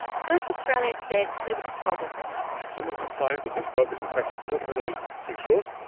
surf australia said there was a problem with them. someone complained that this boat was in fact forty millimetres, too short.